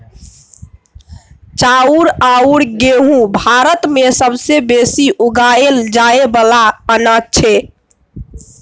चाउर अउर गहुँम भारत मे सबसे बेसी उगाएल जाए वाला अनाज छै